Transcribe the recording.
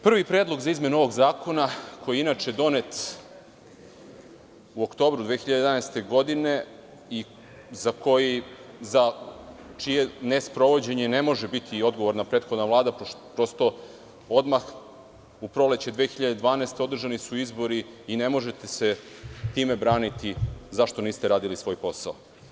Prvi predlog za izmenu ovog zakona, koji je inače donet u oktobru 2011. godine i za čije nesprovođenje ne može biti odgovorna prethodna Vlada, pošto su odmah u proleće 2012. godine održani izbori i ne možete se time braniti zašto niste radili svoj posao.